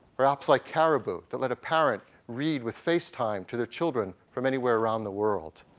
or apps like caribu that let a parent read with face time to their children from anywhere around the world,